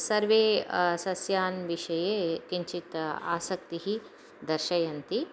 सर्वे सस्यान् विषये किञ्चित् आसक्तिः दर्शयन्ति